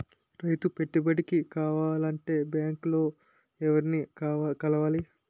రైతు పెట్టుబడికి కావాలంటే బ్యాంక్ లో ఎవరిని కలవాలి?